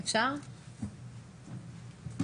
הייתי שם במפגש של ראשי